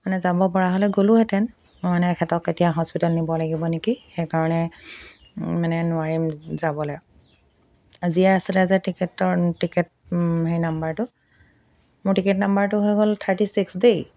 মানে যাব পৰা হ'লে গ'লোহেঁতেন মানে এখেতক এতিয়া হস্পিটেল নিব লাগিব নেকি সেইকাৰণে মানে নোৱাৰিম যাবলৈ যিয়ে আছিলে যে টিকেটৰ টিকেট সেই নাম্বাৰটো মোৰ টিকেট নাম্বাৰটো হৈ গ'ল থাৰ্টি ছিক্স দেই